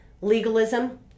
Legalism